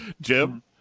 Jim